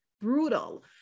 brutal